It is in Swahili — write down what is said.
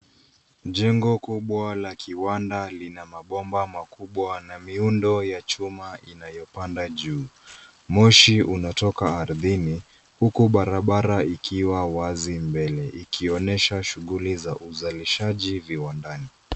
Jengo kubwa la kiwanda lina mabomba makubwa na miundo ya chuma inayopanda juu. Moshi unatoka ardhini huku barabara ikiwa wazi mbele ikionyesha shughuli za uzalishaji viwandani.